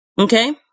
Okay